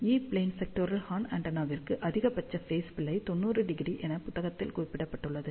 ஈ plane sectoral horn ஆண்டெனாவிற்கு அதிகபட்ச phase பிழை 90° என்று புத்தகங்களில் குறிப்பிடப்பட்டுள்ளது